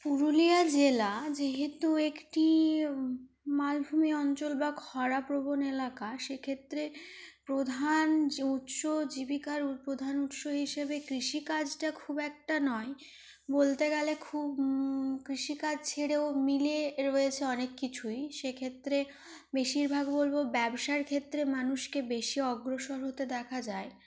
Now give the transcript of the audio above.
পুরুলিয়া জেলা যেহেতু একটি মালভূমি অঞ্চল বা খরাপ্রবণ এলাকা সেক্ষেত্রে প্রধান যে উৎস জীবিকার প্রধান উৎস হিসাবে কৃষিকাজটা খুব একটা নয় বলতে গেলে খুব কৃষিকাজ ছেড়েও মিলে রয়েছে অনেক কিছুই সেক্ষেত্রে বেশিরভাগ বলবো ব্যবসারক্ষেত্রে মানুষকে বেশি অগ্রসর হতে দেখা যায়